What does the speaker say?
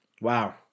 wow